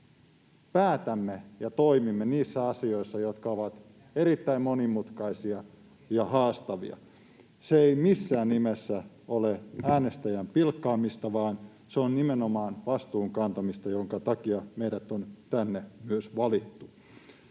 päätämme ja toimimme niissä asioissa, jotka ovat erittäin monimutkaisia ja haastavia. Se ei missään nimessä ole äänestäjän pilkkaamista, vaan se on nimenomaan vastuun kantamista, minkä takia meidät on tänne valittu.